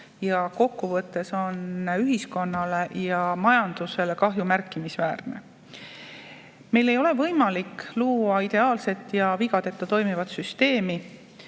ja kokkuvõttes on kahju ühiskonnale ja majandusele märkimisväärne. Meil ei ole võimalik luua ideaalset ja vigadeta toimivat süsteemi.